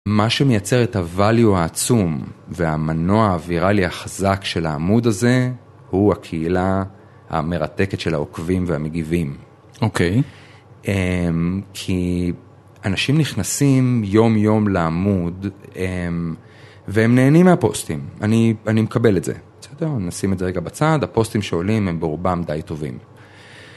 מה שמייצר את ה-value העצום והמנוע הוויראלי החזק של העמוד הזה, הוא הקהילה המרתקת של העוקבים והמגיבים. אוקיי. אמממ..כי אנשים נכנסים יום-יום לעמוד והם נהנים מהפוסטים. אני מקבל את זה. בסדר, נשים את זה רגע בצד, הפוסטים שעולים הם ברובם די טובים.